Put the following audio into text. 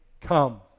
come